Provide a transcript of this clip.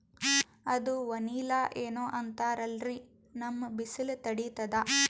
ಅದು ವನಿಲಾ ಏನೋ ಅಂತಾರಲ್ರೀ, ನಮ್ ಬಿಸಿಲ ತಡೀತದಾ?